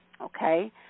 Okay